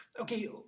okay